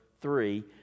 three